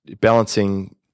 balancing